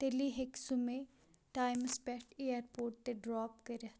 تیٚلہِ ہیٚکہِ سُہ مےٚ ٹایمَس پیٹھ ایرپوٹ تہِ ڈراپ کٔرِتھ